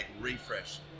refresh